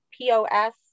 POS